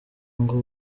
ngo